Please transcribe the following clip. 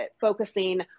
focusing